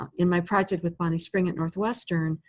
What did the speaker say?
ah in my project with bonnie spring at northwestern,